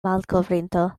malkovrinto